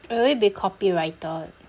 will it be copyrighted